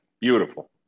Beautiful